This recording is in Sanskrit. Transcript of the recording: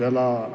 जलम्